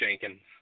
Jenkins